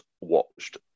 watched